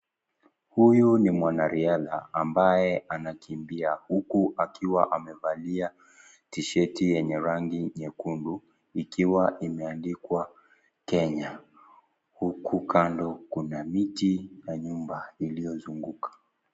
Huyu ni mwanariadha ambaye anakimbia huku akiwa amevalia tishati yenye rangi nyekundu ikiwa imeandikwa Kenya, huku kando kuna miti na nyumba iliyozungukwa.